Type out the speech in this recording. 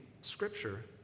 scripture